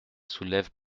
soulèvent